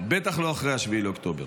בטח לא אחרי 7 באוקטובר.